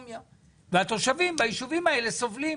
והתושבים ביישובים האלה סובלים.